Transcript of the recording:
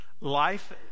Life